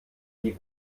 die